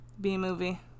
B-Movie